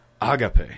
Agape